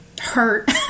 hurt